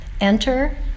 Enter